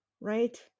right